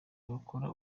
bakora